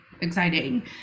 exciting